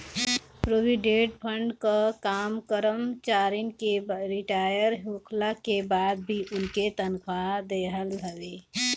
provident fund कअ काम करमचारिन के रिटायर होखला के बाद भी उनके तनखा देहल हवे